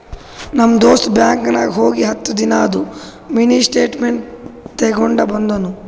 ನಮ್ ದೋಸ್ತ ಬ್ಯಾಂಕ್ ನಾಗ್ ಹೋಗಿ ಹತ್ತ ದಿನಾದು ಮಿನಿ ಸ್ಟೇಟ್ಮೆಂಟ್ ತೇಕೊಂಡ ಬಂದುನು